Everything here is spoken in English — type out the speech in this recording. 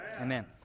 Amen